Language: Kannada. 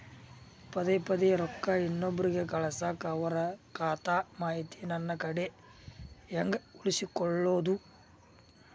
ಪದೆ ಪದೇ ರೊಕ್ಕ ಇನ್ನೊಬ್ರಿಗೆ ಕಳಸಾಕ್ ಅವರ ಖಾತಾ ಮಾಹಿತಿ ನನ್ನ ಕಡೆ ಹೆಂಗ್ ಉಳಿಸಿಕೊಳ್ಳೋದು?